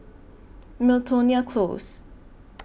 Miltonia Close